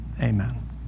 Amen